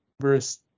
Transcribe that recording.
verse